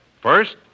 First